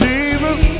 Jesus